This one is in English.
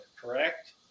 correct